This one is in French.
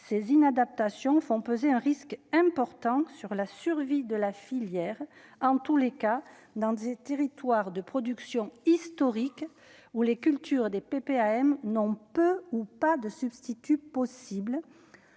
ces inadaptation font peser un risque important sur la survie de la filière, en tous les cas dans des territoires de production historique où les cultures des pépés AM n'ont peu ou pas de substitut possible